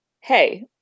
hey